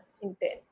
intent